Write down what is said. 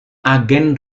agen